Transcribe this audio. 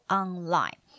online